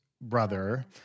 brother